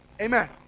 Amen